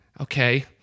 Okay